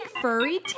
furry